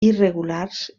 irregulars